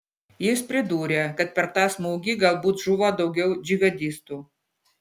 jis pridūrė kad per tą smūgį galbūt žuvo daugiau džihadistų